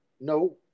no